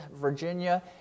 Virginia